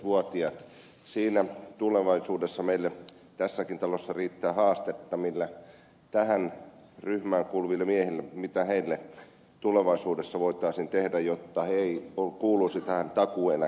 siinä riittää tulevaisuudessa meille tässäkin talossa haastetta mitä tähän ryhmään kuuluville miehille tulevaisuudessa voitaisiin tehdä jotta he eivät kuuluisi tähän takuueläkeryhmään